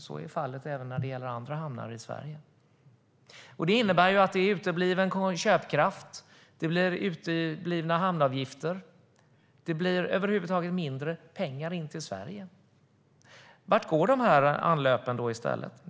så är fallet även när det gäller andra hamnar i Sverige. Utebliven köpkraft leder till uteblivna hamnavgifter. Det blir över huvud taget mindre pengar till Sverige. Vart går då dessa anlöp i stället?